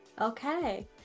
Okay